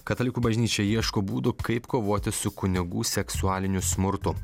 katalikų bažnyčia ieško būdų kaip kovoti su kunigų seksualiniu smurtu